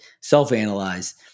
self-analyze